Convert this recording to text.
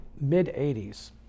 mid-80s